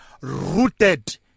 rooted